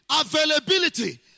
Availability